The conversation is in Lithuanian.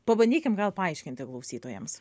pabandykim gal paaiškinti klausytojams